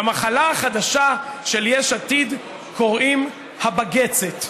למחלה החדשה של יש עתיד קוראים הבג"צת.